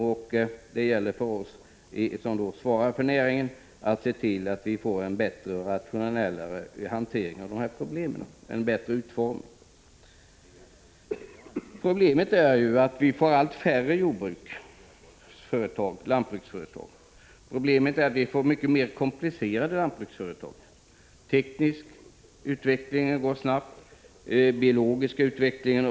Det gäller därför för oss som svarar för näringen att se till att vi får en bättre och rationellare hantering av rådgivningen. Problemet är att vi får allt färre lantbruksföretag och även alltmer komplicerade lantbruksföretag. Den tekniska utvecklingen har gått snabbt, likaså den biologiska.